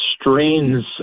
strains